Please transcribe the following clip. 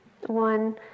one